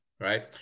right